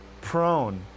prone